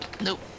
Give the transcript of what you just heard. Nope